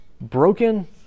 broken